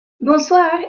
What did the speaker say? Bonsoir